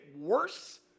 worse